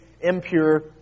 impure